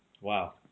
Wow